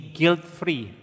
guilt-free